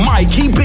Mikey